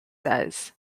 says